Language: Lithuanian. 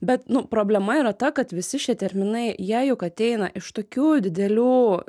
bet nu problema yra ta kad visi šie terminai jie juk ateina iš tokių didelių